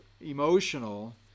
emotional